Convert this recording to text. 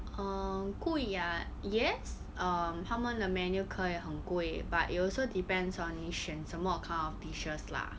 err 贵啊 yes um 他们的 menu 可以很贵 but it also depends on 你选什么 kind of dishes lah